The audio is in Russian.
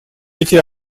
эти